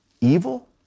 evil